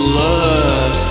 love